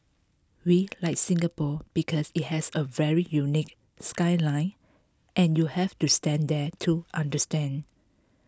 we like Singapore because it has a very unique skyline and you have to stand there to understand